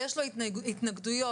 כל מי שרק רוצה לדבר ויש לו התנגדויות,